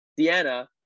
Deanna